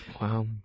Wow